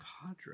padre